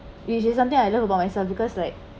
which is something I love about myself because like